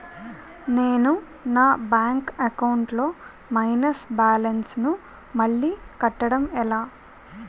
నేను నా bank account లొ మైనస్ బాలన్స్ ను మళ్ళీ కట్టడం ఎలా?